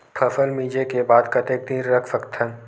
फसल मिंजे के बाद कतेक दिन रख सकथन?